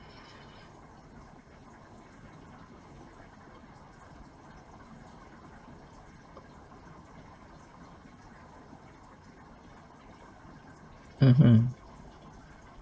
mmhmm